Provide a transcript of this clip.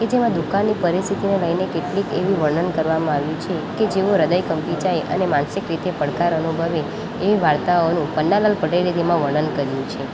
કે જેમાં દુકાળની પરિસ્થિતિને લઈને કેટલીક એવી વર્ણન કરવામાં આવ્યું છે જેઓ હૃદય કંપી જાય અને માનિસક રીતે પડકાર અનુભવે એ વાર્તાઓનું પન્નાલાલ પટેલે તેમાં વર્ણન કર્યું છે